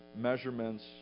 measurements